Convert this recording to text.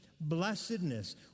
blessedness